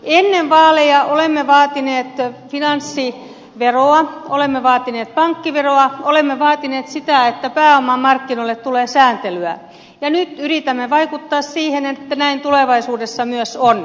ennen vaaleja olemme vaatineet finanssiveroa olemme vaatineet pankkiveroa olemme vaatineet sitä että pääomamarkkinoille tulee sääntelyä ja nyt yritämme vaikuttaa siihen että näin tulevaisuudessa myös on